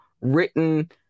written